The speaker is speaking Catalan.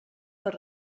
per